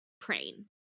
praying